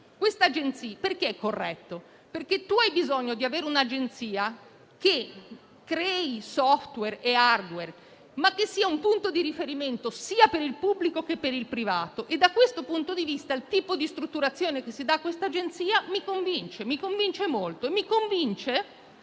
considero corretto, perché c'è bisogno di avere un'agenzia che crei *software* e *hardware,* ma che sia un punto di riferimento sia per il pubblico sia per il privato. Da questo punto di vista, il tipo di strutturazione che si dà a quest'agenzia mi convince molto, perché i